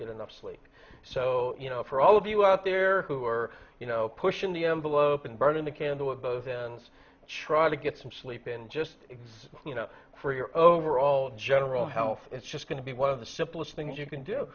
get enough sleep so you know for all of you out there who are pushing the envelope and burning the candle at both ends ciaran to get some sleep in just six you know for your overall general health it's just going to be one of the simplest things you can do